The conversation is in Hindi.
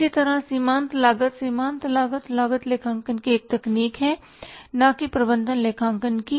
इसी तरह सीमांत लागत सीमांत लागत लागत लेखांकन की एक तकनीक है न कि प्रबंधन लेखांकन की